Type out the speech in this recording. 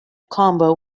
combo